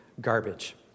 garbage